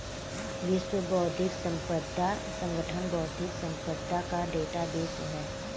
विश्व बौद्धिक संपदा संगठन बौद्धिक संपदा का डेटाबेस है